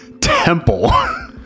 temple